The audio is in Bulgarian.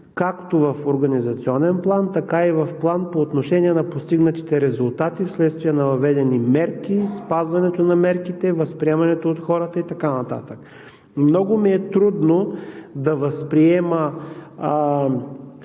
както в организационен план, така и по отношение на постигнатите резултати вследствие на въведените мерки, спазването на мерките, възприемането от хората и така нататък. Много ми е трудно да възприема